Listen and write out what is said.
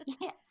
Yes